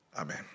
Amen